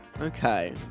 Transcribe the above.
Okay